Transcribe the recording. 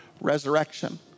resurrection